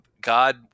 God